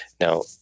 Now